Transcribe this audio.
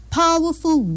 powerful